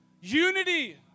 unity